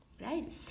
right